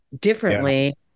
differently